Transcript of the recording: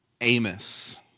Amos